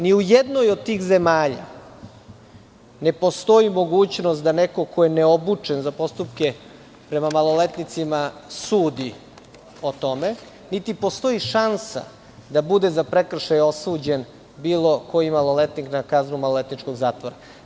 Ni u jednoj od tih zemalja ne postoji mogućnost da neko ko nije obučen za postupke prema maloletnicima sudi o tome, niti postoji šansa da bude za prekršaje osuđen bilo koji maloletnik na kaznu maloletničkog zatvora.